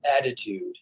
attitude